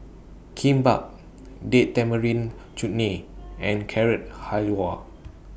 Kimbap Date Tamarind Chutney and Carrot Halwa